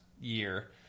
year